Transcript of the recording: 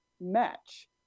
match